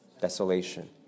Desolation